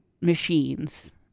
machines